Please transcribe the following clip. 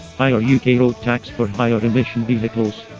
higher yeah uk road tax for higher-emission vehicles.